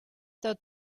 tot